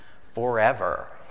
forever